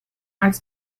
als